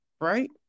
right